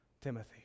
Timothy